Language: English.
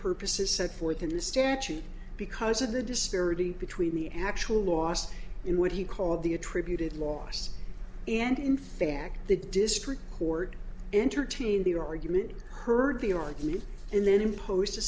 purposes set forth in the statute because of the disparity between the actual loss in what he called the attributed loss and in fact the district court entertain the argument heard the argument and then imposed a